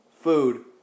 Food